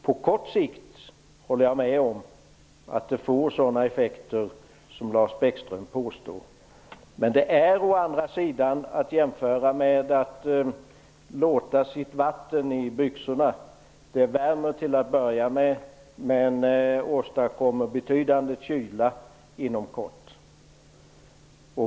På kort sikt håller jag med om att det får sådana effekter som Lars Bäckström gör gällande, men det kan sägas vara som att låta sitt vatten i byxorna - det värmer till att börja med men åstadkommer betydande kyla inom kort.